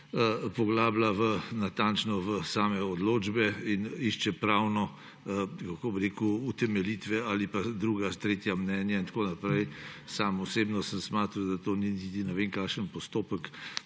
poglablja natančno v same odločbe in išče pravno, kako bi rekel, utemeljitve ali pa druga, tretja mnenja in tako naprej. Sam osebno sem smatral, da to ni niti ne vem kakšen postopek